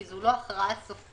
כי זו לא הכרעה סופית.